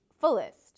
fullest